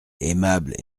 aimable